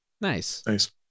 Nice